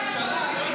לא הבנתי.